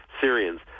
syrians